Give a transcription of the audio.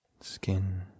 skin